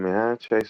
במאה ה-19,